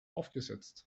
aufgesetzt